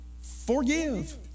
forgive